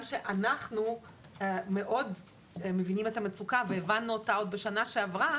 שאנחנו מאוד מבינים את המצוקה והבנו אותה עוד בשנה שעברה